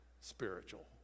spiritual